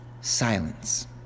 silence